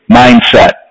mindset